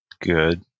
Good